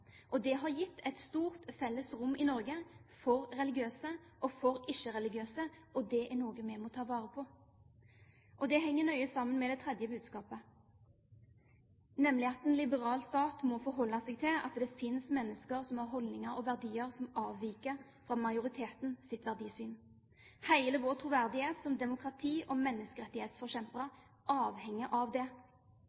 Det har gitt et stort felles rom i Norge for religiøse og for ikke-religiøse, og det er noe vi må ta vare på. Det henger nøye sammen med det tredje budskapet, nemlig at en liberal stat må forholde seg til at det finnes mennesker som har holdninger og verdier som avviker fra majoritetens verdisyn. Hele vår troverdighet som demokrati og menneskerettighetsforkjempere